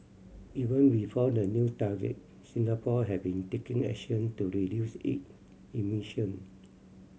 even before the new target Singapore had been taking action to reduce it emission